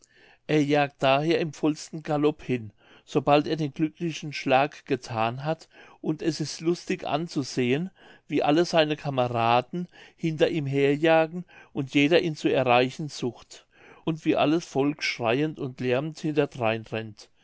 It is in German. er jagt daher im vollsten galop hin sobald er den glücklichen schlag gethan hat und es ist lustig anzusehen wie alle seine kameraden hinter ihm her jagen und jeder ihn zu erreichen sucht und wie alles volk schreiend und lärmend hinterdrein rennt